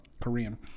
Korean